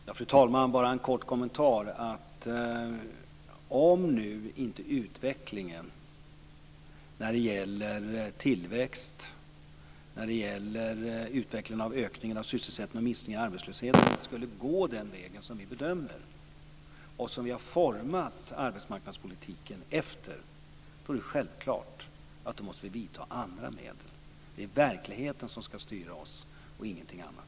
Fru talman! Jag har bara en kort kommentar. Om nu inte utvecklingen när det gäller tillväxten, ökningen av sysselsättningen och minskningen av arbetslösheten skulle gå den väg som vi bedömer, och som vi har format arbetsmarknadspolitiken efter, är det självklart att vi måste ta till andra medel. Det är verkligheten som skall styra oss och ingenting annat.